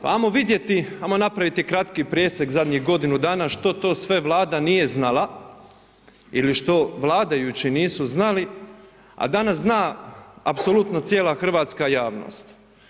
Hajmo vidjeti, hajmo napraviti kratki presjek zadnjih godinu dana što to sve Vlada nije znala ili što vladajući nisu znali, a danas zna apsolutno cijela hrvatska javnost.